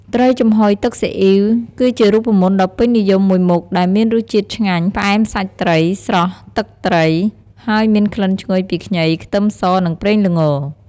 ត្រីចំហុយទឹកស៊ីអ៊ីវ គឺជារូបមន្តដ៏ពេញនិយមមួយមុខដែលមានរសជាតិឆ្ងាញ់ ផ្អែមសាច់ត្រី ស្រស់ទឹកត្រី ហើយមានក្លិនឈ្ងុយពីខ្ញី ខ្ទឹមស និងប្រេងល្ង។